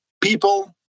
people